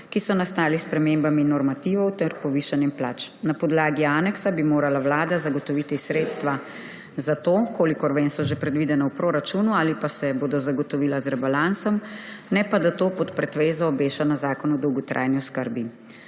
ki so nastali s spremembami normativov ter povišanjem plač. Na podlagi aneksa bi morala Vlada zagotoviti sredstva za to – kolikor vem, so že predvidena v proračunu ali pa se bodo zagotovila z rebalansom − ne pa, da to pod pretvezo obeša na Zakon o dolgotrajni oskrbi.